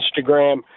Instagram